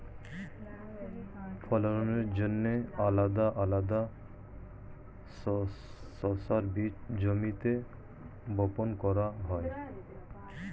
ফলনের জন্যে আলাদা আলাদা শস্যের বীজ জমিতে বপন করা হয়